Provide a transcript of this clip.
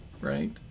right